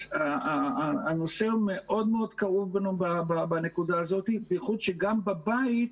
אז הנושא הוא מאוד מאוד כאוב בנקודה הזאת בייחוד כשגם בבית,